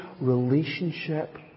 relationship